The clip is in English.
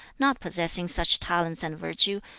not possessing such talents and virtue,